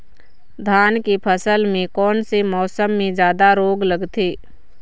धान के फसल मे कोन से मौसम मे जादा रोग लगथे?